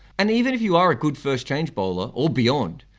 and even if you are a good first change bowler or beyond,